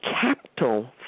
capital